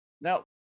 now